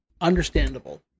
Understandable